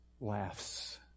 laughs